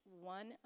one